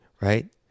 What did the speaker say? right